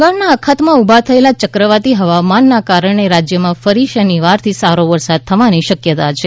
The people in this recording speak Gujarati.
બંગાળના અખાતમાં ઉભા થયેલા ચક્રવાતી હવામાનના કારણે રાજયમાં ફરી શનિવારથી સારો વરસાદ થવાની શકયતા છે